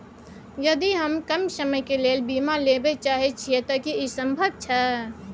यदि हम कम समय के लेल बीमा लेबे चाहे छिये त की इ संभव छै?